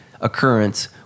occurrence